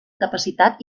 capacitat